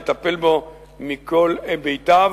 לטפל בו מכל היבטיו,